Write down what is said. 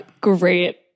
great